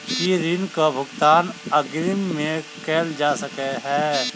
की ऋण कऽ भुगतान अग्रिम मे कैल जा सकै हय?